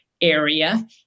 area